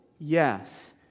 Yes